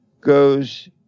goes